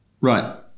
Right